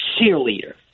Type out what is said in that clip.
cheerleader